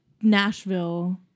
Nashville